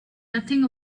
nothing